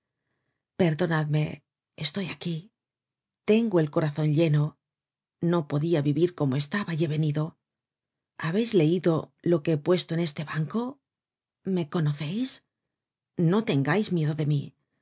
perdonadme estoy aquí tengo el corazon lleno no podia vivir como estaba y he venido habeis leido lo que he puesto en ese banco me conoceis no tengais miedo de mí